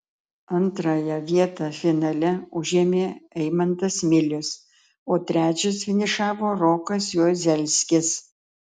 antrąją vietą finale užėmė eimantas milius o trečias finišavo rokas juozelskis